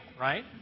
right